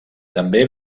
també